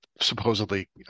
supposedly